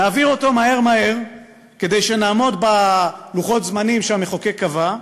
נעביר אותו מהר-מהר כדי שנעמוד בלוחות הזמנים שהמחוקק קבע,